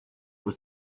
pues